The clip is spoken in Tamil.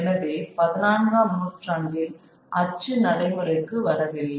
எனவே பதினான்காம் நூற்றாண்டில் அச்சு நடைமுறைக்கு வரவில்லை